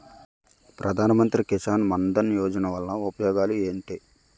ప్రధాన మంత్రి కిసాన్ మన్ ధన్ యోజన వల్ల ఉపయోగాలు ఏంటి?